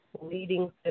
leading